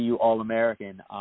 All-American